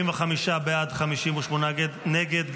45 בעד, 58 נגד.